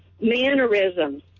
mannerisms